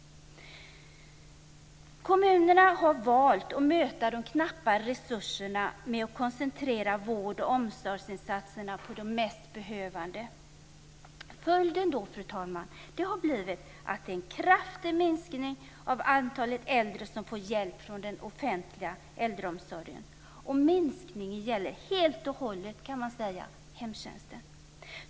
Kommunerna har valt att möta de knappa resurserna med att koncentrera vård och omsorgsinsatserna på de mest behövande. Följden, fru talman, har blivit en kraftig minskning av antalet äldre som får hjälp från den offentliga äldreomsorgen. Och minskningen gäller helt och hållet hemtjänsten, kan man säga.